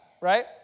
right